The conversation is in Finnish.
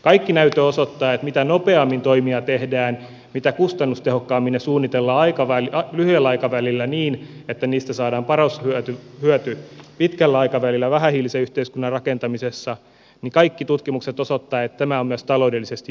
kaikki näyttö osoittaa että mitä nopeammin toimia tehdään mitä kustannustehokkaammin ne suunnitellaan lyhyellä aikavälillä niin että niistä saadaan paras hyöty pitkällä aikavälillä vähähiilisen yhteiskunnan rakentamisessa kaikki tutkimukset osoittavat että tämä on myös taloudellisesti järkevintä